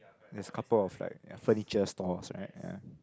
there's a couple of like furniture stores right ya